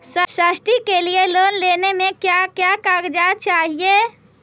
Study के लिये loan लेने मे का क्या कागजात चहोये?